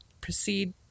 proceed